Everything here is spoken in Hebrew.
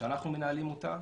שאנחנו מנהלים אותה.